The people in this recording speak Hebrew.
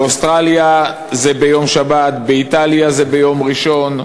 באוסטרליה זה בשבת, באיטליה זה ביום ראשון,